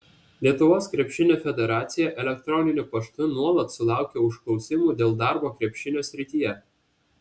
lietuvos krepšinio federacija elektroniniu paštu nuolat sulaukia užklausimų dėl darbo krepšinio srityje